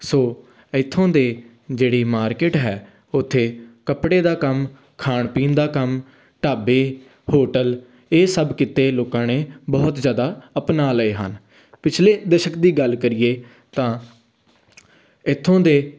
ਸੋ ਇੱਥੋਂ ਦੇ ਜਿਹੜੀ ਮਾਰਕੀਟ ਹੈ ਉੱਥੇ ਕੱਪੜੇ ਦਾ ਕੰਮ ਖਾਣ ਪੀਣ ਦਾ ਕੰਮ ਢਾਬੇ ਹੋਟਲ ਇਹ ਸਭ ਕਿੱਤੇ ਲੋਕਾਂ ਨੇ ਬਹੁਤ ਜ਼ਿਆਦਾ ਅਪਣਾ ਲਏ ਹਨ ਪਿਛਲੇ ਦਸ਼ਕ ਦੀ ਗੱਲ ਕਰੀਏ ਤਾਂ ਇੱਥੋਂ ਦੇ